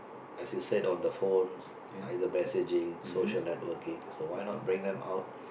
as you said on the phones either messaging or social networking so why not bring them out